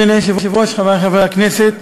אדוני היושב-ראש, חברי חברי הכנסת,